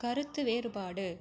கருத்து வேறுபாடு